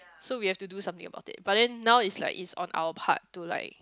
so we have to do something about it but then now is like it's on our part to like